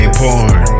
porn